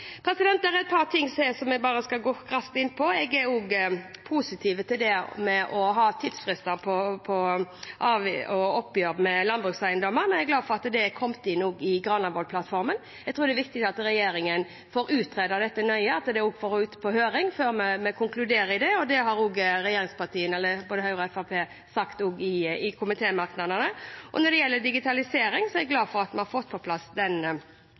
Det er et par ting til jeg bare skal gå raskt inn på. Jeg er også positiv til å ha tidsfrister for oppgjør med landbrukseiendommer. Jeg er glad for at det også er kommet inn i Granvolden-plattformen. Jeg tror det er viktig at regjeringen får utredet dette nøye, at det også får vært ute på høring, før vi konkluderer i det. Det har også både Høyre og Fremskrittspartiet sagt i komitémerknadene. Når det gjelder digitalisering, er jeg glad for at vi har fått på plass